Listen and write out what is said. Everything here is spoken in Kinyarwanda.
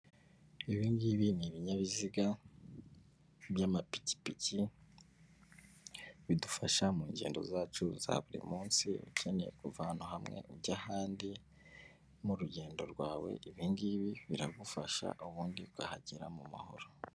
Ibi ngibi ni ibinyabiziga by'amapikipiki, bidufasha mu ngendo zacu za buri munsi, ukeneye kuvana hamwe ujya ahandi, mu rugendo rwawe ibi ngibi biragufasha, ubundi ukahagera mu mahoro.